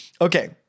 okay